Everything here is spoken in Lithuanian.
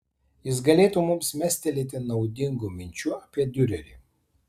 jis galėtų mums mestelėti naudingų minčių apie diurerį